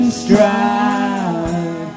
stride